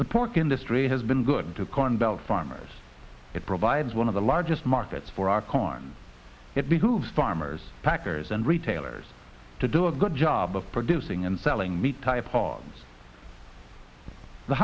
the pork industry has been good to convert farmers it provides one of the largest markets for our corn it behooves farmers packers and retailers to do a good job of producing and selling meat type pots the